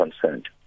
concerned